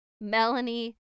Melanie